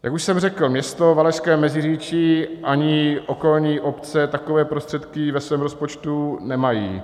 Jak už jsem řekl, město Valašské Meziříčí ani okolní obce takové prostředky ve svém rozpočtu nemají.